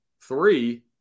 Three